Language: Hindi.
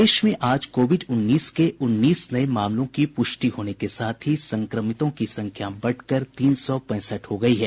प्रदेश में आज कोविड उन्नीस के उन्नीस नये मामलों की पुष्टि होने के साथ ही संक्रमितों की संख्या बढ़ कर तीन सौ पैंसठ हो गयी है